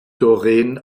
doreen